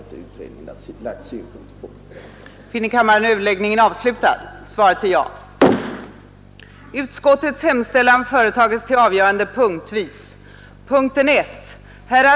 Inte heller utredningen har, som sagt, haft att göra sådana bedömningar.